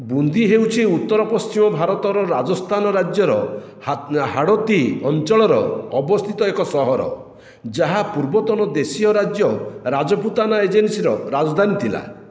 ବୁନ୍ଦୀ ହେଉଛି ଉତ୍ତରପଶ୍ଚିମ ଭାରତର ରାଜସ୍ଥାନ ରାଜ୍ୟର ହାଡ଼ୋତି ଅଞ୍ଚଳରେ ଅବସ୍ଥିତ ଏକ ସହର ଯାହା ପୂର୍ବତନ ଦେଶୀୟ ରାଜ୍ୟ ରାଜପୁତାନା ଏଜେନ୍ସିର ରାଜଧାନୀ ଥିଲା